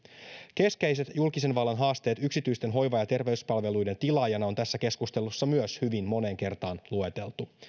keskeiset julkisen vallan haasteet yksityisten hoiva ja terveyspalveluiden tilaajana on tässä keskustelussa myös hyvin moneen kertaan lueteltu